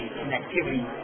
connectivity